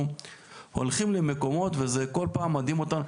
אנחנו הולכים למקומות וזה כל פעם מדהים אותנו.